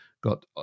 got